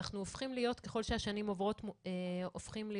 ככל שהשנים עוברות אנחנו הופכים להיות